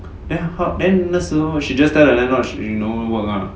then how then 那时候 she just tell the landlord she no work ah